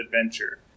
adventure